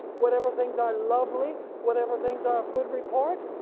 whatever things are lovely, whatever things are of good report,